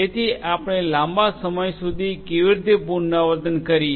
તેથી આપણે લાંબા સમય સુધી કેવી રીતે પુનરાવર્તન કરીએ